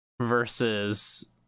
versus